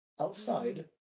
outside